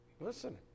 Listen